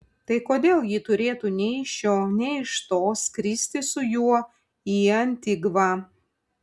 tai kodėl ji turėtų nei iš šio nei iš to skristi su juo į antigvą